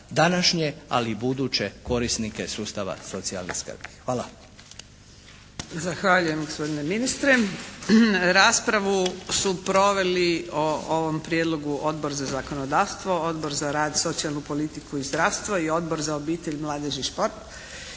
današnje ali i buduće korisnike sustava socijelna skrbi. Hvala. **Pusić, Vesna (HNS)** Zahvaljujem gospodine ministre. Raspravu su proveli o ovom prijedlogu Odbor za zakonodavstvo, Odbor za rad, socijalnu politiku i zdravstvo i Odbor za obitelj, mladež i šport